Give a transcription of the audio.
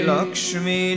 Lakshmi